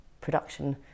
production